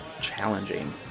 challenging